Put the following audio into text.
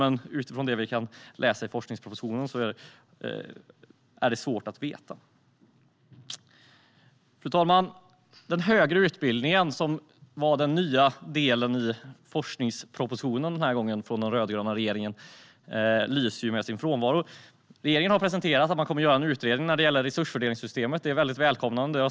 Men utifrån det vi kan läsa i forskningspropositionen är det svårt att veta. Fru talman! Den högre utbildningen, som var den nya delen i forskningspropositionen den här gången från den rödgröna regeringen, lyser med sin frånvaro. Regeringen har presenterat att man kommer att göra en utredning av resursfördelningssystemet. Det är väldigt välkommet.